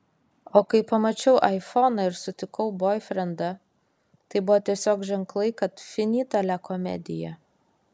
o kai pamačiau aifoną ir sutikau boifrendą tai buvo tiesiog ženklai kad finita la komedija